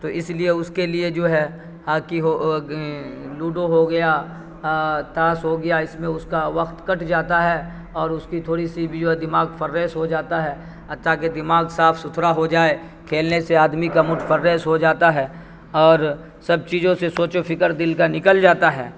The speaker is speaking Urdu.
تو اس لیے اس کے لیے جو ہے ہاکی ہو لوڈو ہو گیا تاش ہو گیا اس میں اس کا وقت کٹ جاتا ہے اور اس کی تھوڑی سی بھی جو ہے دماغ فریش ہو جاتا ہے تاکہ دماغ صاف ستھرا ہو جائے کھیلنے سے آدمی کا موڈ فرریس ہو جاتا ہے اور سب چیزوں سے سوچ فکر دل کا نکل جاتا ہے